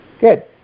Good